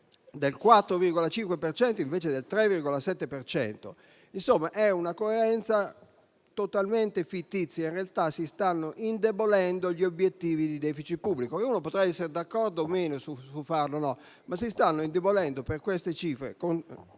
del 4,5 anziché del 3,7. Insomma, è una coerenza totalmente fittizia. In realtà, si stanno indebolendo gli obiettivi di *deficit* pubblico. Uno potrà essere d'accordo o meno sul farlo o no, ma per queste cifre